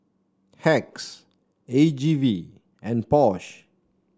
Hacks A G V and Porsche